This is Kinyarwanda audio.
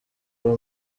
uba